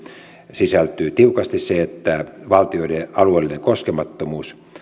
sisältyy tiukasti se että valtioiden alueellinen koskemattomuus